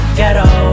ghetto